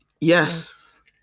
yes